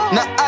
Now